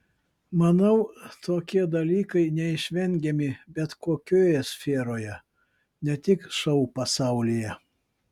manau tokie dalykai neišvengiami bet kokioje sferoje ne tik šou pasaulyje